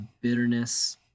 bitterness